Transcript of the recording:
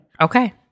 Okay